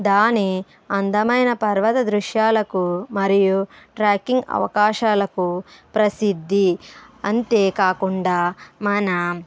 దాని అందమైన పర్వత దృశ్యాలకు మరియు ట్రెక్కింగ్ అవకాశాలకు ప్రసిద్ధి అంతే కాకుండా మన